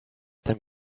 them